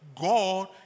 God